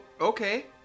okay